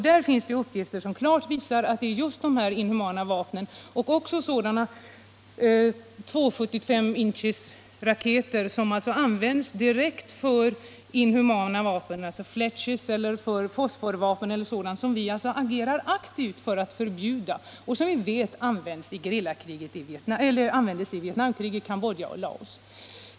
Där finns uppgifter som klart visar att just de här inhumana vapnen som 5,56 mm kulor och även 2,75 inch raketer används direkt för inhuman krigföring, alltså fletchers eller fosforvapen som vi agerar aktivt för att förbjuda och som vi vet användes i Vietnamkriget, i Cambodja och i Laos.